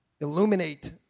illuminate